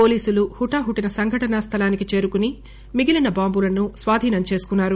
పోలీసులు హుటాహుటిన సంఘటనా స్థలానికి చేరుకుని మిగిలిన బాంబులను స్వాధీనం చేసుకున్నారు